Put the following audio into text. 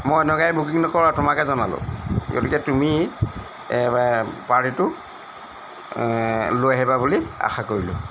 মই অন্য় গাড়ী বুকিং নকৰোঁ আৰু তোমাকে জনালোঁ গতিকে তুমি পাৰ্টিটো লৈ আহিবা বুলি আশা কৰিলোঁ